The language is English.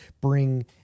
bring